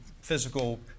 physical